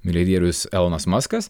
milijardierius elonas muskas